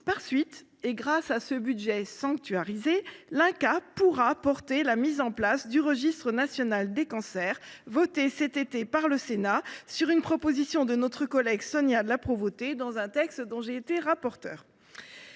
Par suite, et grâce à ce budget sanctuarisé, l’INCa pourra porter la mise en place du registre national des cancers, votée cet été par le Sénat sur proposition de notre collègue Sonia de La Provôté, dans un texte dont j’ai eu l’honneur